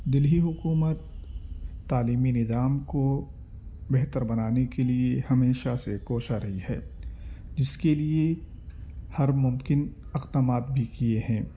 دلہی حکومت تعلیمی نظام کو بہتر بنانے کے لیے ہمیشہ سے کوشاں رہی ہے جس کے لیے ہر ممکن اقدامات بھی کیے ہیں